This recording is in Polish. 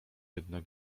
jednak